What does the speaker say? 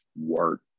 work